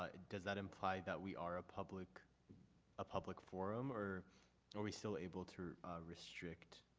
ah does that imply that we are a public ah public forum? or are we still able to restrict